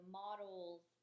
models